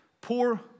poor